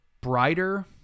brighter